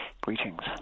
Greetings